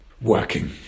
working